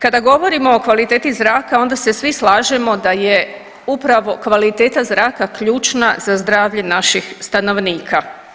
Kada govorimo o kvaliteti zraka, onda se svi slažemo da je upravo kvaliteta zraka ključna za zdravlje naših stanovnika.